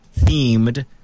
themed